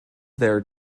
there